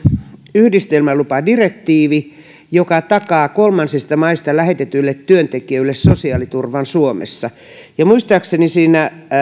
yhdistelmälupadirektiivi joka takaa kolmansista maista lähetetyille työntekijöille sosiaaliturvan suomessa ja muistaakseni siinä